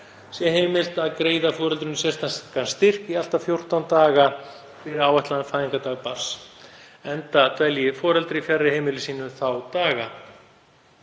sé heimilt að greiða foreldrinu sérstakan styrk í allt að 14 daga fyrir áætlaðan fæðingardag barns enda dvelji foreldri fjarri heimili sínu þá daga.